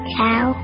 cow